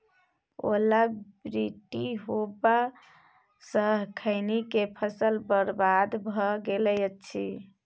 ओला वृष्टी होबा स खैनी के फसल बर्बाद भ गेल अछि?